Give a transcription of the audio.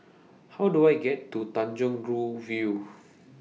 How Do I get to Tanjong Rhu View